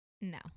No